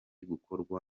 gukorwa